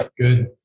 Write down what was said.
Good